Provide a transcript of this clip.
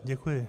Děkuji.